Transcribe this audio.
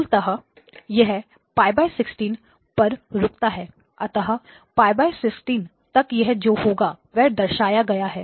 मूलतः यह π16 पर रुकता है अतः π16 तक यह जो होगा वह दर्शाया गया है